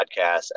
podcast